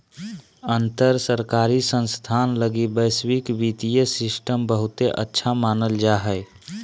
अंतर सरकारी संस्थान लगी वैश्विक वित्तीय सिस्टम बहुते अच्छा मानल जा हय